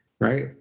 right